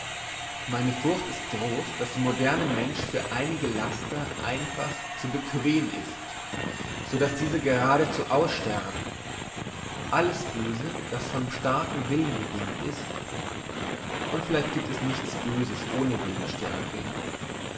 meine furcht ist gross dass der moderne mensch für einige laster einfach zu bequem ist so dass diese geradezu aussterben alles böse das vom starken willen bedingt ist und vielleicht giebt es nichts böses ohne